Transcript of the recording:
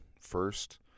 first